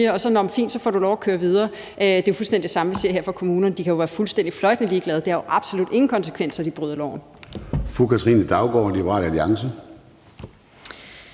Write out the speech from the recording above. Det er fint, så får du lov at køre videre. Det er jo fuldstændig det samme, vi ser her, hvad angår kommunerne. De kan være fuldstændig fløjtende ligeglade; det har absolut ingen konsekvenser, at de bryder loven.